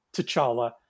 T'Challa